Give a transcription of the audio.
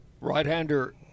Right-hander